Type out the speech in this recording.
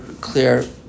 clear